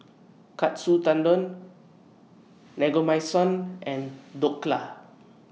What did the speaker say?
Katsu Tendon Naengmyeon and Dhokla